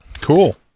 Cool